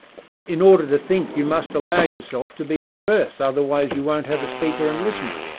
in order to think you must allow yourself to be diverse, otherwise you won't have a speaker and listener.